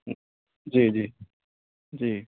جی جی جی